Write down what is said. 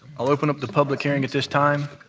ah open up the public hearing at this time.